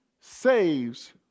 saves